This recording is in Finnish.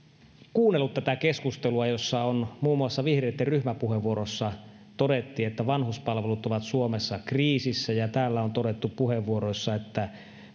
kuunnellut tätä keskustelua jossa muun muassa vihreitten ryhmäpuheenvuorossa todettiin että vanhuspalvelut ovat suomessa kriisissä ja täällä on todettu puheenvuoroissa että